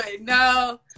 No